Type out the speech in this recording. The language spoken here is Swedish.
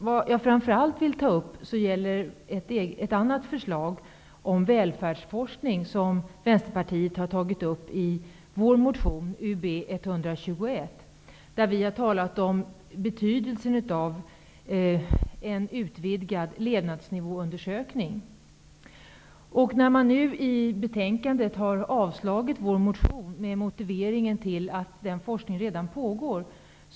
Jag vill framför allt ta upp ett annat förslag om välfärdsforskning, som Vänsterpartiet har framfört i motion Ub121. Där talar vi om betydelsen av en utvidgad levnadsnivåundersökning. I betänkandet avstyrks vår motion med motiveringen att sådan forskning redan pågår.